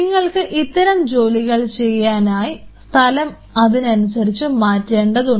നിങ്ങൾക്ക് ഇത്തരം ജോലികൾ ചെയ്യാനായി സ്ഥലം അതിനനുസരിച്ച് മാറ്റേണ്ടതുണ്ട്